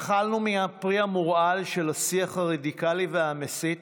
אכלנו מהפרי המורעל של השיח הרדיקלי והמסית,